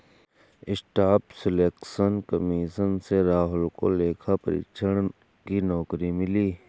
staff selection commission से राहुल को लेखा परीक्षक नौकरी मिली